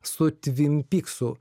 su tvin pyksu